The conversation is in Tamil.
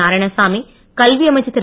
நாராயணசாமி கல்விஅமைச்சர் திரு